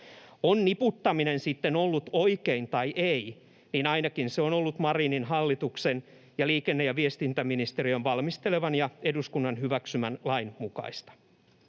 On niputtaminen sitten ollut oikein tai ei, niin ainakin se on ollut Marinin hallituksen ja liikenne- ja viestintäministeriön valmisteleman ja eduskunnan hyväksymän lain mukaista.